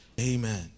Amen